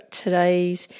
today's